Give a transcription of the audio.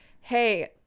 hey